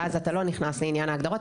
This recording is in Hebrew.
ואז אתה לא נכנס לעניין ההגדרות.